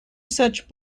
such